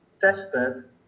tested